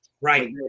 Right